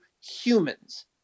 humans